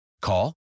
Call